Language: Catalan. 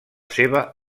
seva